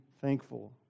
thankful